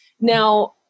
Now